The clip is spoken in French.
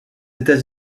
états